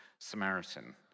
Samaritan